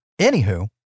Anywho